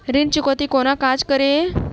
ऋण चुकौती कोना काज करे ये?